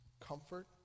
comfort